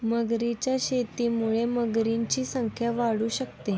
मगरींच्या शेतीमुळे मगरींची संख्या वाढू शकते